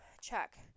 check